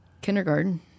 kindergarten